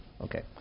Okay